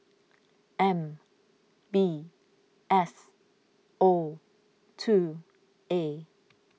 M B S O two A